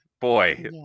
Boy